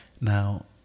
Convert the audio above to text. Now